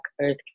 earth